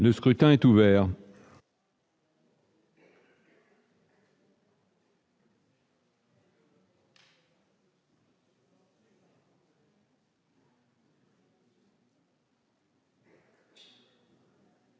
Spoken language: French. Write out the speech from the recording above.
Le scrutin est ouvert.